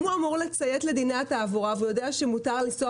אם הוא אמור לציית לדיני התעבורה והוא יודע שמותר לנסוע